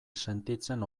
sentitzen